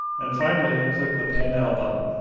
and finally, click the pay now button.